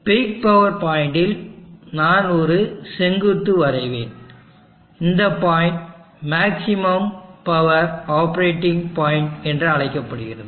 peak power பாயிண்டில் நான் ஒரு செங்குத்து வரைவேன் இந்த point maximum power operating point என்று அழைக்கப்படுகிறது